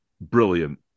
brilliant